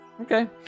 Okay